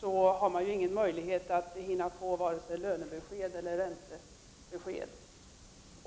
det ingen möjlighet att hinna få vare sig löneeller räntebesked.